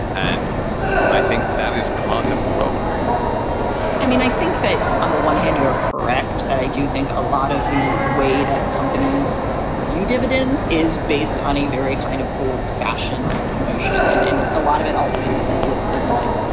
and i think that is part of the problem i mean, i think that on the one hand, you are correct that i do think a lot of the way that companies view dividends is based on a very kind of old fashioned notion. and and a lot of it also is this idea of signaling,